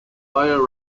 higher